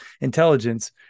intelligence